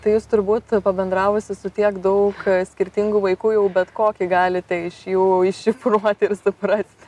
tai jūs turbūt pabendravusi su tiek daug skirtingų vaikų jau bet kokį galite iš jų iššifruot ir suprast